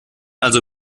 also